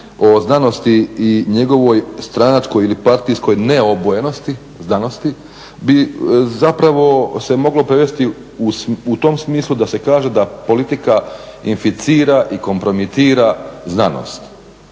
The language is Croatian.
o znanosti i njegovoj stranačkoj ili partijskoj neobojenosti znanosti bi zapravo se moglo prevesti u tom smislu da se kaže da politika inficira i kompromitira znanost.